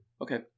Okay